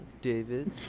David